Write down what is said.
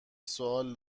سوال